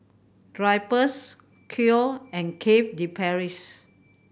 Drypers Koi and Cafe De Paris